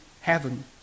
heaven